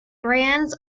brands